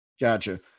Gotcha